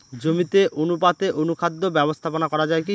জমিতে অনুপাতে অনুখাদ্য ব্যবস্থাপনা করা য়ায় কি?